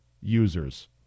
users